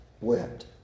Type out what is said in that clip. wept